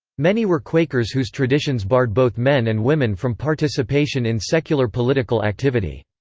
many were quakers whose traditions barred both men and women from participation in secular political activity.